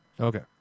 Okay